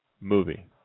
movie